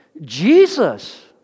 Jesus